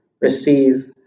receive